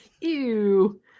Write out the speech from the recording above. Ew